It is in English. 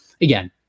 again